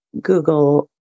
Google